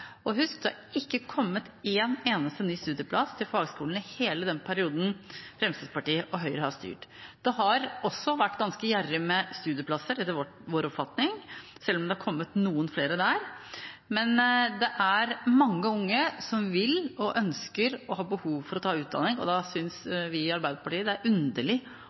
Og husk: Det har ikke kommet en eneste ny studieplass til fagskolene i hele den perioden Fremskrittspartiet og Høyre har styrt. De har også vært ganske gjerrige med studieplasser ellers etter vår oppfatning, selv om det har kommet noen flere der. Men det er mange unge som vil og ønsker og har behov for å ta utdanning, og da synes vi i Arbeiderpartiet det er underlig